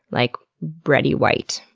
like, breaddy white,